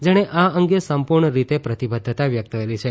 જેણે આ અંગે સંપુર્ણ રીતે પ્રતિબધ્ધતા વ્યકત કરી છે